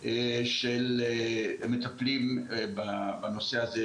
דרך אחת זה דרך חוזר מנכ"ל,